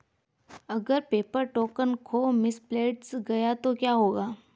अगर paper token खो misplaced गया तो क्या होगा?